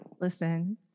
Listen